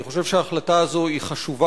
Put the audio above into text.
אני חושב שההחלטה הזאת חשובה,